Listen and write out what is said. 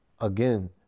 again